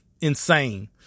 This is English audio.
insane